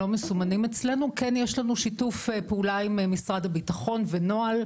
כן יש לנו שיתוף פעולה עם משרד הביטחון ונוהל,